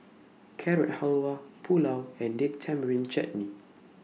Carrot Halwa Pulao and Date Tamarind Chutney